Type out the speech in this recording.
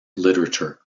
literature